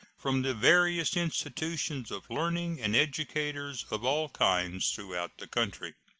from the various institutions of learning and educators of all kinds throughout the country.